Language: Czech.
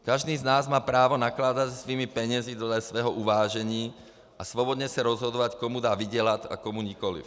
Každý z nás má právo nakládat se svými penězi dle svého uvážení a svobodně se rozhodovat, komu má vydělat a komu nikoliv.